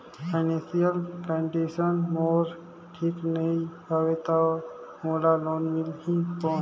Financial condition मोर ठीक नी हवे तो मोला लोन मिल ही कौन??